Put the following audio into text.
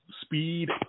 speed